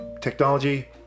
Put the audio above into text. technology